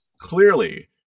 clearly